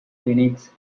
clinics